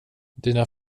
dina